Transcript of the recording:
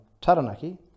Taranaki